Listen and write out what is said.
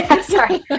Sorry